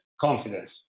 confidence